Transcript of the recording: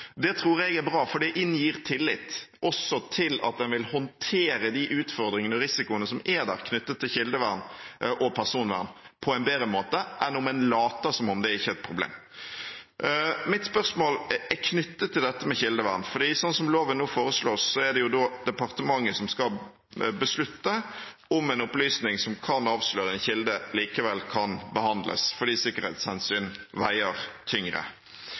Det tror jeg er bra, for det inngir tillit, også til at en vil håndtere de utfordringene og risikoene som er der knyttet til kildevern og personvern, på en bedre måte enn om en later som om det ikke er et problem. Mitt spørsmål er knyttet til dette med kildevern, for slik som loven nå foreslås, er det departementet som skal beslutte om en opplysning som kan avsløre en kilde, likevel kan behandles, fordi sikkerhetshensyn veier tyngre.